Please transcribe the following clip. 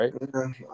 right